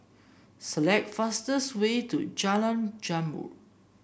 select fastest way to Jalan Zamrud